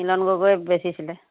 মিলন গগৈক বেছিছিলে